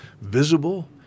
visible